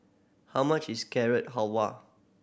how much is Carrot Halwa